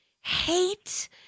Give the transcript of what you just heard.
hate